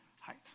height